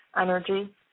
energy